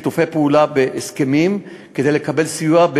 שיתופי פעולה בהסכמים כדי לקבל סיוע,